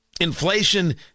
Inflation